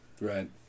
Right